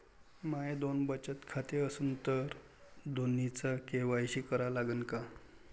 माये दोन बचत खाते असन तर दोन्हीचा के.वाय.सी करा लागन का?